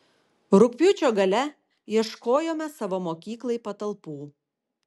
rugpjūčio gale ieškojome savo mokyklai patalpų